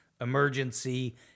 emergency